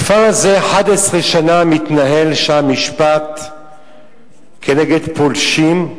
הכפר הזה, 11 שנה מתנהל שם משפט כנגד פולשים,